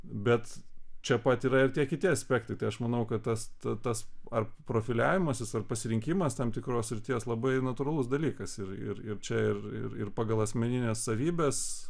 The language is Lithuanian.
bet čia pat yra ir tie kiti aspektai tai aš manau kad tas tas ar profiliavimasis ar pasirinkimas tam tikros srities labai natūralus dalykas ir ir čia ir ir ir pagal asmenines savybes